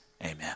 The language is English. Amen